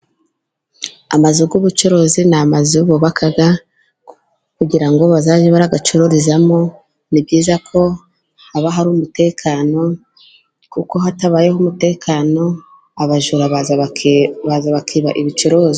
Amazu y'ububucuruzi ni amazu bubaka kugira ngo bazajye barayacururizamo, ni byiza ko haba hari umutekano, kuko hatabayeho umutekano abajura baza bakiba ibicuruzwa.